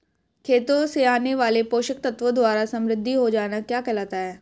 खेतों से आने वाले पोषक तत्वों द्वारा समृद्धि हो जाना क्या कहलाता है?